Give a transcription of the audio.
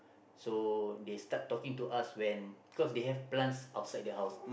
so they start talking to us when cos they have plants outside their house